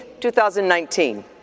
2019